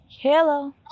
Hello